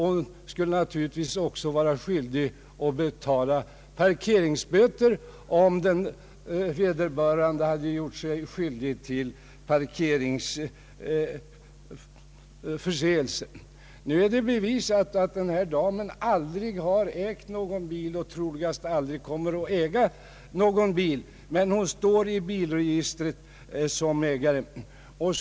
Hon skulle naturligtvis också vara skyldig att betala parkeringsböter, om vederbörande gjort sig skyldig till parkeringsförseelser. Nu är det bevisat att den här damen aldrig ägt någon bil och troligen aldrig kommer att äga någon, men hon står i bilregistret antecknad som ägare.